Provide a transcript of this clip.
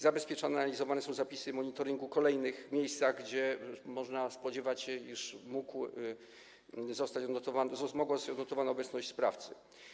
Zabezpieczone i analizowane są zapisy monitoringu w kolejnych miejscach, gdzie można spodziewać się, iż mogła zostać odnotowana obecność sprawcy.